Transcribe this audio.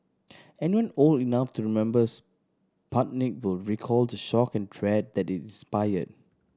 anyone old enough to remember Sputnik will recall the shock and dread that it inspired